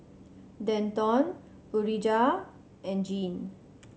Denton Urijah and Jean